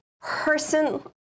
person